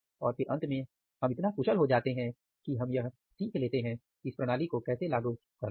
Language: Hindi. और फिर अंत में हम इतना कुशल हो जाते हैं कि हम यह सीख लेते हैं कि इस प्रणाली को कैसे लागू करना है